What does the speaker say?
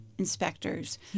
Inspectors